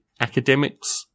academics